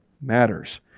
matters